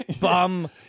bum